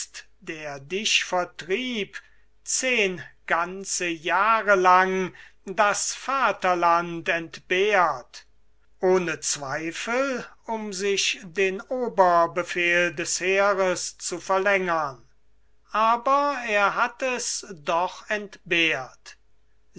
der dich vertrieb zehn ganze jahre lang das vaterland entbehrt ohne zweifel um sich den oberbefehl des heeres zu verlängern aber er hat es doch entbehrt